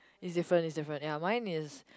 is different is different ya mine is